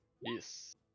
Yes